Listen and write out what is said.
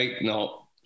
No